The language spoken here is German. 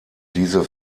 diese